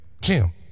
Jim